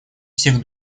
всех